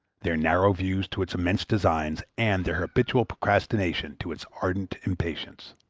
their narrow views to its immense designs, and their habitual procrastination to its ardent impatience.